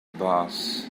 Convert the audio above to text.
boss